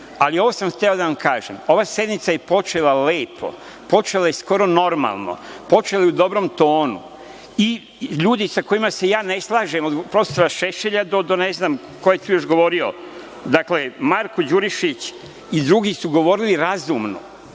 ali ovo sam hteo da vam kažem – ova sednica je počela lepo, počela je skoro normalno, počela je u dobrom tonu i ljudi sa kojima se ja ne slažem, od prof. Šešelja do ne znam ko je tu još govorio, dakle, Marko Đurišić i drugi su govorili razumno